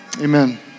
Amen